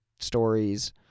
stories